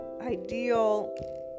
ideal